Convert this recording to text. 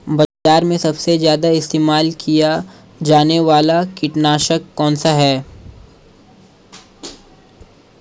बाज़ार में सबसे ज़्यादा इस्तेमाल किया जाने वाला कीटनाशक कौनसा है?